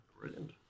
Brilliant